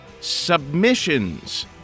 submissions